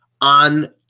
on